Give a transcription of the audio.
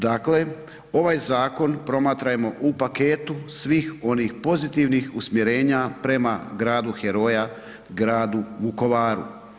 Dakle, ovaj zakon promatrajmo u paketu svih onih pozitivnih usmjerenja prema gradu heroja, gradu Vukovaru.